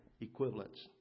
equivalents